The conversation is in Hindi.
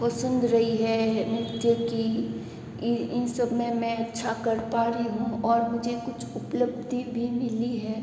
पसंद रही है नृत्य की इन सब में मैं अच्छा कर पा रही हूँ और मुझे कुछ उपलब्धि भी मिली है